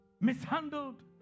mishandled